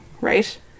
right